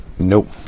nope